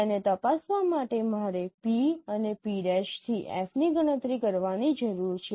તેને તપાસવા માટે મારે P અને P' થી F ની ગણતરી કરવાની જરૂર નથી